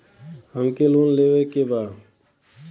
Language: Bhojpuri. हमके लोन लेवे के बा?